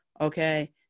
Okay